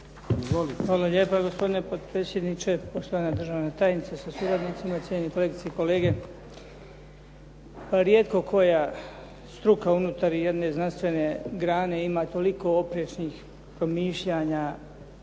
Hvala lijepa, gospodine potpredsjedniče. Poštovana državna tajnice sa suradnicima. Cijenjeni kolegice i kolege. Rijetko koja struka unutar jedne znanstvene grane ima toliko oprečnih promišljanja,